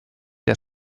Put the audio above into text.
der